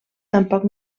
tampoc